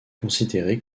considéré